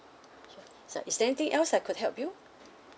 so is there anything else I could help you